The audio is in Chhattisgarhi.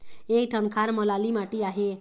एक ठन खार म लाली माटी आहे?